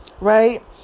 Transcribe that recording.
Right